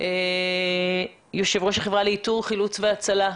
חיליק מגנוס, יושב ראש החברה לאיתור, חילוץ והצלה.